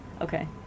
Okay